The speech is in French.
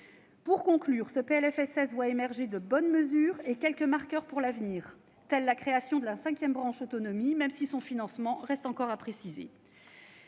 dirai que ce PLFSS voit émerger de bonnes mesures et quelques marqueurs pour l'avenir, telle la création de la cinquième branche autonomie, même si son financement reste encore à préciser.